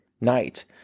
night